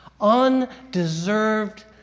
Undeserved